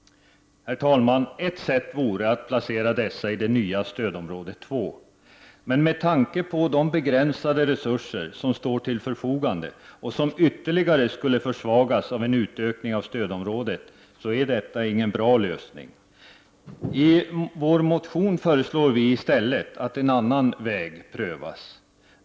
Herr talman! Ett sätt vore att placera dessa i det nya stödområdet 2. Med tanke på de begränsade resurser som står till förfogande och som ytterligare skulle försvagas av en utökning av stödområdet är detta ingen bra lösning. I motionen föreslår vi i stället att en annan väg prövas.